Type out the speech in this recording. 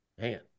Man